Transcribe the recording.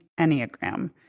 Enneagram